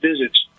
visits